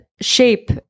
shape